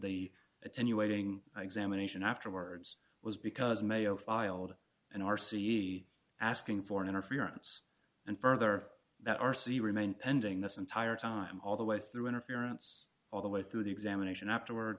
attenuating examination afterwards was because mayo filed an r c asking for an interference and further that r c remained pending this entire time all the way through interference all the way through the examination afterwards